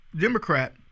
Democrat